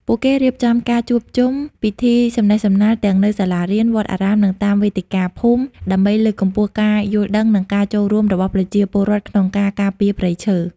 ពួកគេរៀបចំការជួបជុំ ពិធីសំណេះសំណាល ទាំងនៅសាលារៀន វត្តអារាម និងតាមវេទិកាភូមិ ដើម្បីលើកកម្ពស់ការយល់ដឹង និងការចូលរួមរបស់ប្រជាពលរដ្ឋក្នុងការការពារព្រៃឈើ។